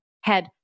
head